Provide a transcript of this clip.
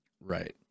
Right